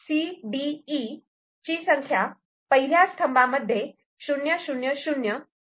CDE चीसंख्या पहिल्या स्तंभामध्ये 000 आहे